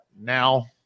now